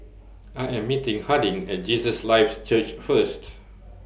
I Am meeting Harding At Jesus Lives Church First